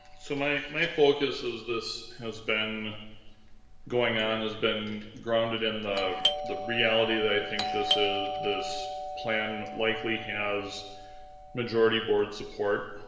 so my my focus as this has been going on has been grounded in the the reality that i think this ah this plan likely has majority board support.